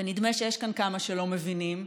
ונדמה שיש כאן כמה שלא מבינים,